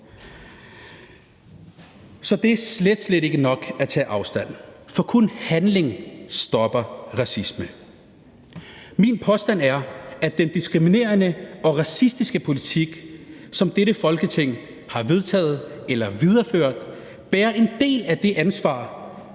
Så det er slet, slet ikke nok at tage afstand, for kun handling stopper racisme. Min påstand er, at den diskriminerende og racistiske politik, som dette Folketing har vedtaget eller videreført, bærer en del af ansvaret